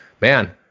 man